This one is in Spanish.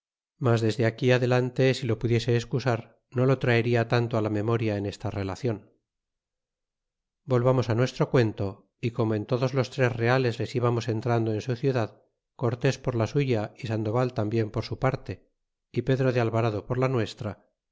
mas desde aquí adelante si lo pudiese escusar no lo traerla tanto la memoria en esta relacion volvamos nuestro cuento y como en todos tres reales les íbamos entrando en su ciudad cortés por la suya y sandoval tambien por su parte y pedro de alvarado por la nuestra